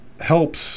helps